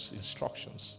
instructions